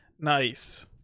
Nice